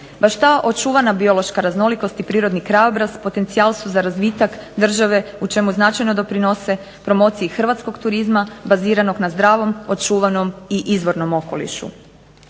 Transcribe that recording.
Baš ta očuvana biološka raznolikost i prirodni krajobraz potencijal su za razvitak države u čemu značajno doprinose promociji hrvatskog turizma baziranog na zdravom, očuvanom i izvornom okolišu.